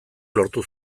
lortu